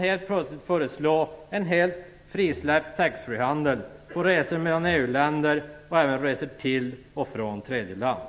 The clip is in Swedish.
Helt plötsligt föreslår man en helt frisläppt taxfreehandel på resor mellan EU-länder eller på resor till och från tredje land.